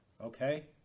okay